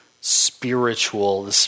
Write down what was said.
spiritual